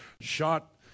shot